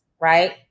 right